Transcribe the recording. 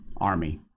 Army